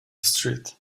street